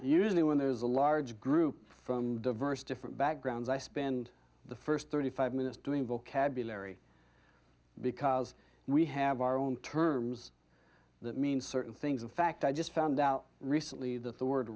usually when there's a large group from diverse different backgrounds i spend the first thirty five minutes doing vocabulary because we have our own terms that mean certain things in fact i just found out recently that the word